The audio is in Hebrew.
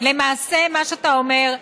למעשה מה שאתה אומר,